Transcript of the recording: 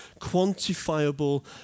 quantifiable